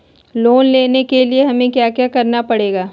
Loan लेने के लिए हमें क्या क्या करना पड़ेगा?